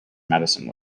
medicine